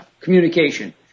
communication